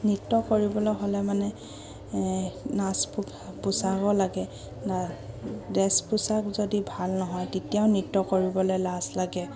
নৃত্য কৰিবলৈ হ'লে মানে নাচ পো পোছাকো লাগে ড্ৰেছ পোছাক যদি ভাল নহয় তেতিয়াও নৃত্য কৰিবলে লাজ লাগে